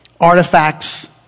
artifacts